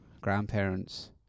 grandparents